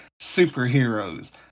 superheroes